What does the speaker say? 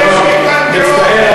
אני מצטער,